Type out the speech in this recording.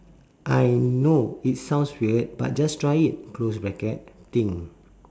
I know it sounds weird but just try it close bracket thing